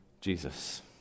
Jesus